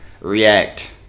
react